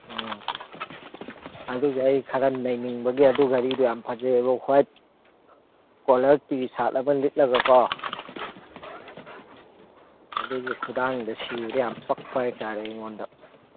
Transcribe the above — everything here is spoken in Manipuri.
ꯎꯝ ꯑꯗꯨꯒꯤ ꯑꯩ ꯈꯔ ꯅꯩꯅꯤꯡꯕꯒꯤ ꯑꯗꯨ ꯘꯔꯤꯗꯨ ꯌꯥꯝ ꯐꯖꯩꯌꯦꯕ ꯋꯥꯏꯠ ꯀꯣꯂꯔ ꯇꯤ ꯁꯥꯔꯠ ꯑꯃ ꯂꯤꯠꯂꯒꯀꯣ ꯑꯗꯨꯒꯤ ꯈꯨꯗꯥꯡꯗ ꯁꯤꯕꯗꯨ ꯌꯥꯝ ꯄꯛꯄ ꯍꯥꯏ ꯇꯥꯔꯦ ꯑꯩꯉꯣꯟꯗ